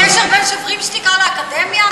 הקשר בין "שוברים שתיקה" לאקדמיה?